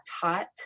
taught